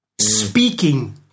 speaking